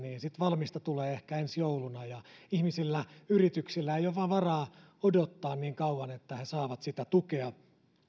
valmista tulee sitten ehkä ensi jouluna ja ihmisillä yrityksillä ei vain ole varaa odottaa niin kauan että he saavat sitä tukea